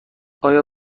آیا